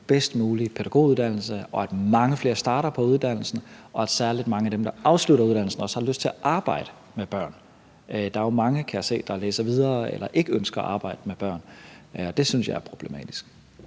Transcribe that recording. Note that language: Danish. bedst mulige pædagoguddannelse og i, at mange flere starter på uddannelsen, og særlig i, at mange af dem, der afslutter uddannelsen, også har lyst til at arbejde med børn. Der er jo mange, kan jeg se, der læser videre eller ikke ønsker at arbejde med børn. Det synes jeg er problematisk.